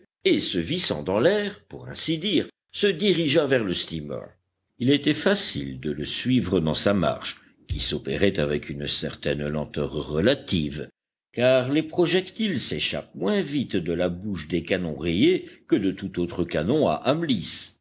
et se vissant dans l'air pour ainsi dire se dirigea vers le steamer il était facile de le suivre dans sa marche qui s'opérait avec une certaine lenteur relative car les projectiles s'échappent moins vite de la bouche des canons rayés que de tout autre canon à